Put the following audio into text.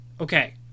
Okay